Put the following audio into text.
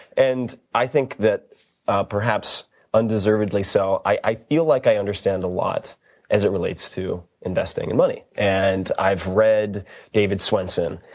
and i think that perhaps undeservedly so i i feel like i understand a lot as it relates to investing and money. and i've read david swensen.